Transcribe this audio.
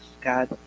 God